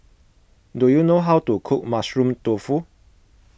do you know how to cook Mushroom Tofu